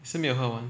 是没有喝完